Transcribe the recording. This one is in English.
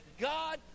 God